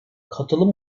katılım